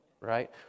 right